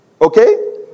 Okay